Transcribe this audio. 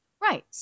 Right